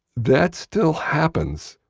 that still happens,